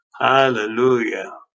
Hallelujah